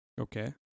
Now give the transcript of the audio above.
Okay